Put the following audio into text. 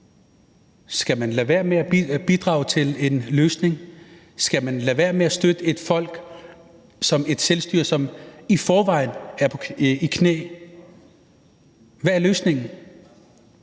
skal man lade være med at bidrage til en løsning, skal man lade være med at støtte et folk, et selvstyre, som i forvejen er i knæ? Hvad er løsningen?